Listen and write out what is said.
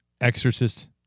exorcist